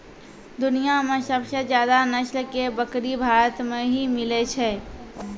दुनिया मॅ सबसे ज्यादा नस्ल के बकरी भारत मॅ ही मिलै छै